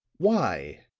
why,